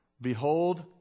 Behold